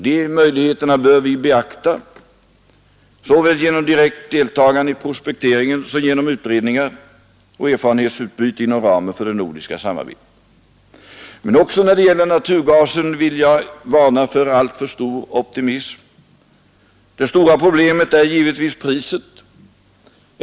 De möjligheterna bör vi bevaka, såväl genom direkt deltagande i projekteringen som genom utredningar och erfarenhetsutbyte inom ramen för det nordiska samarbetet. Även när det gäller naturgasen vill jag emellertid varna för allt för stor optimism. Det stora problemet är givetvis priset.